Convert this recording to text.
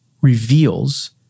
reveals